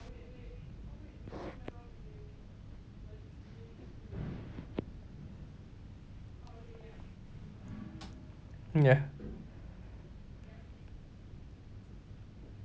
ya